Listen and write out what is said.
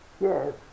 Yes